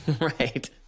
Right